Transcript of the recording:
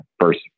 first